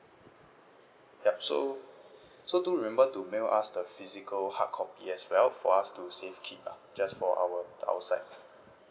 yup so so do remember to mail us the physical hardcopy as well for us to safekeep lah just for our our side